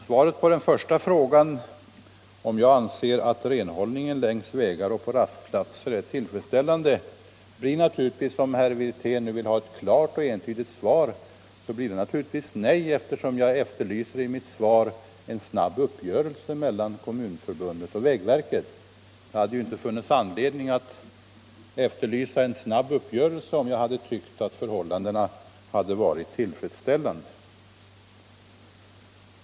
Svaret på den första frågan, om jag anser att renhållningen längs vägar och på rastplatser är tillfredsställande, blir naturligtvis, om herr Wirtén vill ha ett klart och entydigt svar, nej, eftersom jag i interpellationssvaret efterlyser en snabb uppgörelse mellan Kommunförbundet och vägverket. Det hade ju inte funnits anledning att efterlysa en snabb uppgörelse, om jag hade tyckt att förhållandena var tillfredsställande.